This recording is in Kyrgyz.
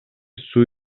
суу